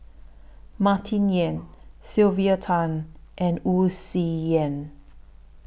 Martin Yan Sylvia Tan and Wu Tsai Yen